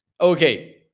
Okay